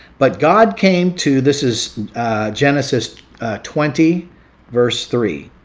but god came to. this is a genesis twenty verse three,